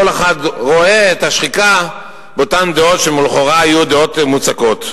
כל אחד רואה את השחיקה באותן דעות שלכאורה היו דעות מוצקות.